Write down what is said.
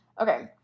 Okay